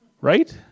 Right